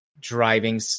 driving